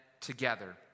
together